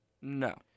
No